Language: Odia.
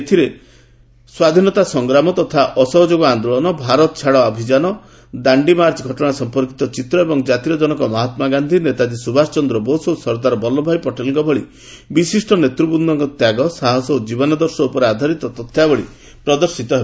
ଏଥିରେ ସ୍ୱାଧୀନତା ସଂଗ୍ରାମ ତଥା ଅସହଯୋଗ ଆନ୍ଦୋଳନ ଭାରତ ଛାଡ଼ ଅଭିଯାନ ଦାଣ୍ଡି ମାର୍ଚ୍ଚ ଘଟଣା ସଂପର୍କିତ ଚିତ୍ର ଏବଂ ଜାତିର ଜନକ ମହାତ୍ମା ଗାନ୍ଧୀ ନେତାଜୀ ସୁଭାଷ ଚନ୍ଦ୍ର ବୋଷ ଓ ସର୍ଦ୍ଦାର ବଲ୍ଲଭ ଭାଇ ପଟେଲଙ୍କ ଭଳି ବିଶିଷ୍ଟ ନେତୃବୃନ୍ଦଙ୍କ ତ୍ୟାଗ ସାହସ ଓ ଜୀବନାଦର୍ଶ ଉପରେ ଆଧାରିତ ତଥ୍ୟାବଳୀ ପ୍ରଦର୍ଶିତ ହେବ